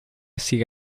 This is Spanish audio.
sigue